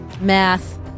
math